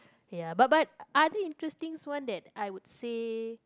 ya but but other interesting one that I would say